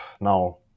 now